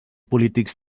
polítics